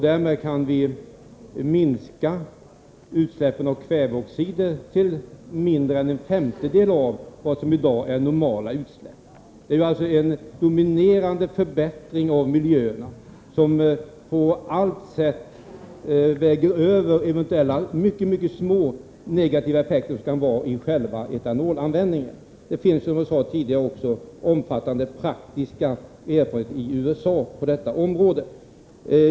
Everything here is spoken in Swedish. Därmed kan vi minska utsläppen av kväveoxider till mindre än en femtedel av vad som i dag är normala utsläpp. Det är alltså en väsentlig förbättring av miljön, som på allt sätt uppväger de mycket små negativa effekter som själva etanolanvändningen kan medföra. Det finns, som jag också sade tidigare, omfattande praktiska erfarenheter i USA på detta område.